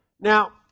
Now